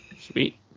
Sweet